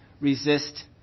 resist